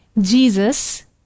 Jesus